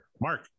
Mark